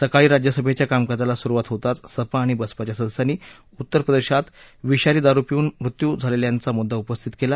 सकाळी राज्यसभेच्या कामकाजाला सुरुवात होताच सपा आणि बसपाच्या सदस्यांनी उत्तरप्रदेशात विषारी दारु पिऊन मृत्यू झालेल्यांचा मुद्दा उपस्थित केला